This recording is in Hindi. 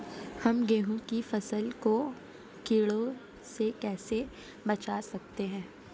हम गेहूँ की फसल को कीड़ों से कैसे बचा सकते हैं?